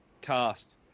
cast